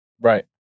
Right